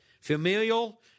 Familial